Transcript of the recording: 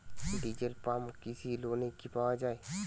Diesel pump কৃষি লোনে কি পাওয়া য়ায়?